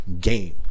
game